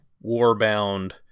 war-bound